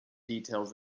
details